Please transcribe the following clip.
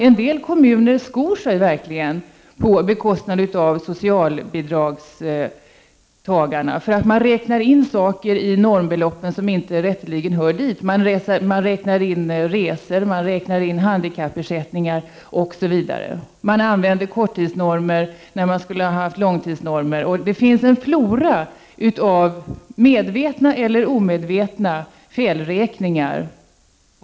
En del kommuner skor sig verkligen, på bekostnad av socialbidragstagarna, genom att räkna in saker i normbeloppen som inte rätteligen hör dit. Man räknar in resor, handikappersättningar osv., man använder korttidsnormer när man borde ha använt långtidsnormer — det finns en flora av medvetna eller omedvetna felräkningar.